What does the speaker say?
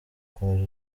komeza